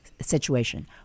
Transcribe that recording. situation